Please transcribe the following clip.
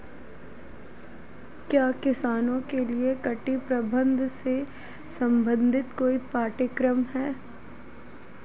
क्या किसानों के लिए कीट प्रबंधन से संबंधित कोई पाठ्यक्रम है?